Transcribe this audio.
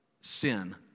sin